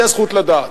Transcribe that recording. שהיא הזכות לדעת.